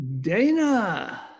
Dana